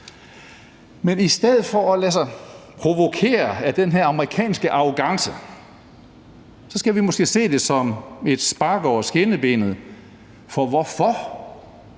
Men i stedet for at lade sig provokere af den her amerikanske arrogance skal vi måske se det som et spark over skinnebenet, for hvorfor